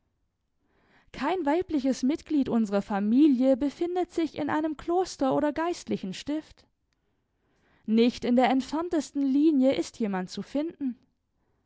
kein weibliches mitglied unserer familie befindet sich in einem kloster oder geistlichen stift nicht in der entferntesten linie ist jemand zu finden